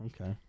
okay